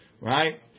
Right